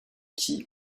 qui